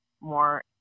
more